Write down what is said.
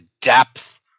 depth